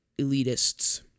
elitists